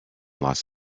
los